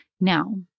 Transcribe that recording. Now